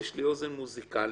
ויש לי אוזן מוזיקלית.